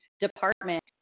department